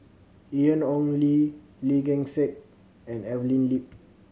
Ian Ong Li Lee Gek Seng and Evelyn Lip